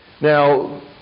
Now